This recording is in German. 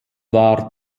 war